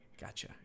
Gotcha